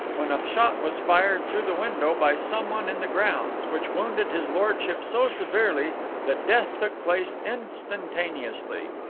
when a shot was fired through the window by someone in the grounds, which wounded his lordship so severely that death took place instantaneously.